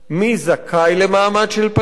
מי זכאי למעמד של פליט,